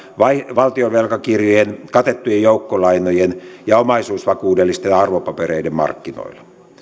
valtion velkakirjojen katettujen joukkolainojen ja omaisuusvakuudellisten arvopapereiden markkinoilla